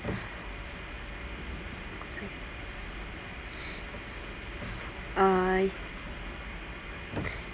uh